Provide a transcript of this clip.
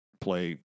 play